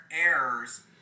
errors